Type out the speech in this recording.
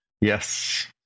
Yes